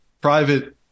private